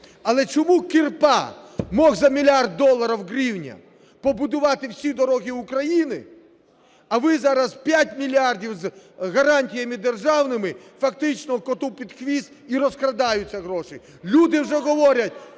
Але чому Кирпа міг за мільярд доларів в гривне побудувати всі дороги України, а ви зараз 5 мільярдів з гарантіями державними фактично "коту під хвіст" і розкрадаються гроші. Люди вже говорять,